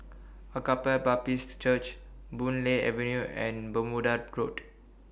Agape Baptist Church Boon Lay Avenue and Bermuda Road